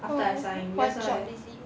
oh is it what job is it